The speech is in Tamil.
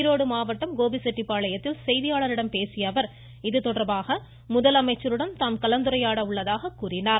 ஈரோடு மாவட்டம் கோபிசெட்டிப்பாளையத்தில் செய்தியாளர்களிடம் பேசிய அவர் இதுதொடர்பாக முதலமைச்சரிடம் தாம் கலந்துரையாட உள்ளதாக கூறினார்